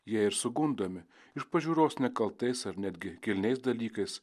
jie ir sugundomi iš pažiūros nekaltais ar netgi kilniais dalykais